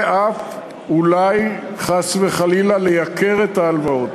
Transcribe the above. ואף אולי חס וחלילה לייקור ההלוואות.